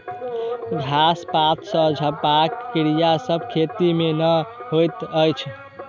घास पात सॅ झपबाक क्रिया सभ खेती मे नै होइत अछि